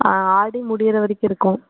ஆ ஆடி முடியுர வரைக்கும் இருக்கும்